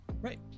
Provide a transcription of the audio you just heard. Right